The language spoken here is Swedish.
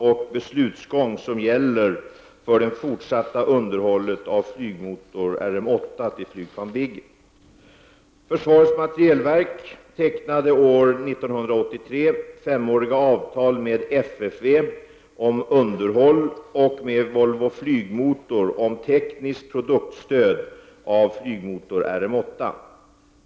Av försvarsminister Roine Carlssons svar framgick följande: ”Försvarets materielverk tecknade år 1983 femåriga avtal med FFV om underhåll och med Volvo Flygmotor om tekniskt produktstöd av flygmotor RMS8.